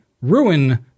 ruin